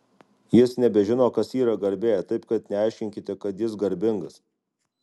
jis nebežino kas yra garbė taip kad neaiškinkite kad jis garbingas